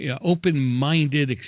open-minded